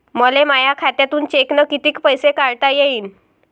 मले माया खात्यातून चेकनं कितीक पैसे काढता येईन?